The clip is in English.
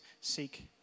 seek